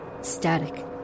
Static